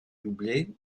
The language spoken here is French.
doublé